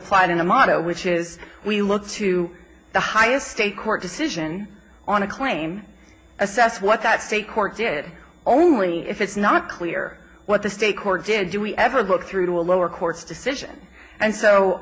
applied in the motto which is we look to the highest state court decision on a claim assess what that state court did only if it's not clear what the state court did do we ever got through a lower court's decision and so